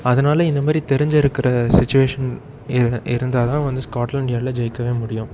அதனால இந்தமாரி தெரிஞ்சிருக்கிற சுச்சிவேஷன் இ இருந்தால் தான் வந்து ஸ்காட்லாண்ட் யார்டில் ஜெயிக்கவே முடியும்